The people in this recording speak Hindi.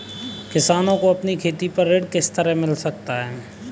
किसानों को अपनी खेती पर ऋण किस तरह मिल सकता है?